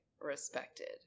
respected